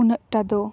ᱩᱱᱟᱹᱜ ᱴᱟ ᱫᱚ